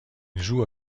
jouent